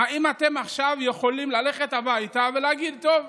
האם אתם יכולים עכשיו ללכת הביתה ולהגיד: טוב,